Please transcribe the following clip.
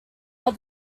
but